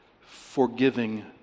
forgiving